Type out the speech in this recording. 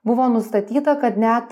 buvo nustatyta kad net